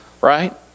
Right